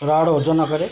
rod ଓଜନ କରେ